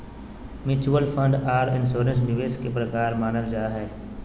mutual fund आर insurance निवेश के प्रकार मानल जा हय